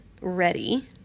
ready